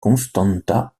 constanța